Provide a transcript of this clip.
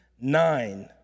nine